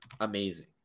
amazing